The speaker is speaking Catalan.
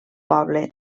poble